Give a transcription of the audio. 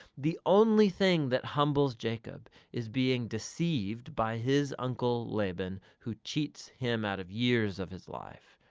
the only thing that humbles jacob is being deceived by his uncle laban, who cheats him out of years of his life.